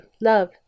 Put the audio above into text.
love